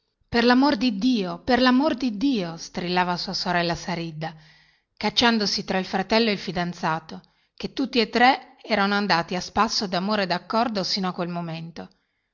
per lamor di dio per lamor di dio strillava sua sorella saridda cacciandosi tra il fratello ed il fidanzato chè tutti e tre erano andati a spasso damore e daccordo sino a quel momento